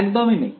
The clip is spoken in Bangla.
একদমই নেই